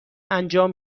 انجام